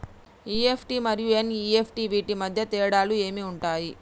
EFT మరియు NEFT వీటి మధ్య తేడాలు ఏమి ఉంటాయి?